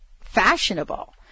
fashionable